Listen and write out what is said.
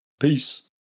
Peace